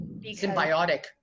Symbiotic